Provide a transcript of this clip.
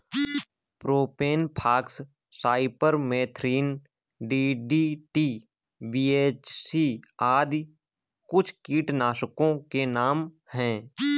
propane fox, cypermethrin, DDT, BHC आदि कुछ कीटनाशकों के नाम हैं